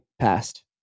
passed